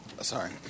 Sorry